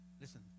Listen